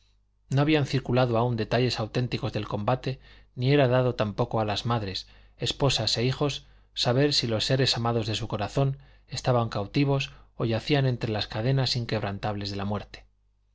no habían circulado aún detalles auténticos del combate ni era dado tampoco a las madres esposas e hijos saber si los seres amados de su corazón estaban cautivos o yacían entre las cadenas inquebrantables de la muerte